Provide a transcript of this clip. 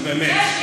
נו, באמת.